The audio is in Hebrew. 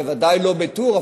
בוודאי לא בטור,